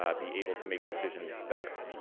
um be able to make your decision better.